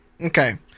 Okay